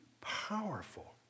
powerful